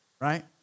right